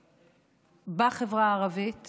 להסברה בחברה הערבית